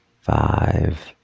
Five